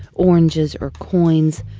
oranges, or coins.